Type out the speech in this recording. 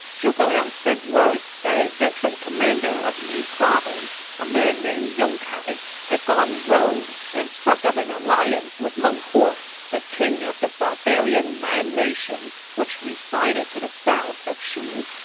zhuge liang sent word that a veteran commander of yi province, a man named yong kai, had gone rogue and struck up an alliance with meng huo, the king of the barbarian man nation that resided to the south of shu.